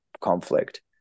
conflict